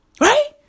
right